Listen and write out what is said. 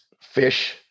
fish